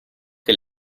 che